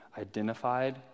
identified